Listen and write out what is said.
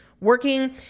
working